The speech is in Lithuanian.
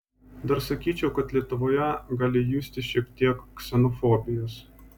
dar sakyčiau kad lietuvoje gali justi šiek tiek ksenofobijos